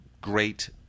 great